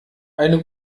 eine